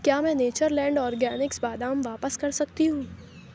کیا میں Nature Land Organics بادام واپس کر سکتی ہوں